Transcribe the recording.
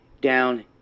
down